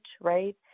right